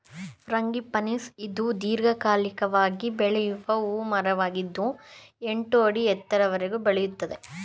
frangipanis ಇದು ದೀರ್ಘಕಾಲಿಕವಾಗಿ ಬೆಳೆಯುವ ಹೂ ಮರವಾಗಿದ್ದು ಎಂಟು ಅಡಿ ಎತ್ತರದವರೆಗೆ ಬೆಳೆಯುತ್ತದೆ